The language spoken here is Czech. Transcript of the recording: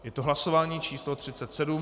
Je to hlasování číslo 37.